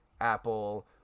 Apple